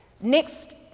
next